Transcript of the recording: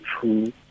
true